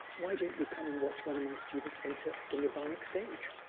why don't you come and watch one of my students enter the nibbanic stage?